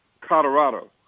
Colorado